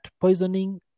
poisoning